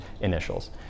initials